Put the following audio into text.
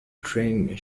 tran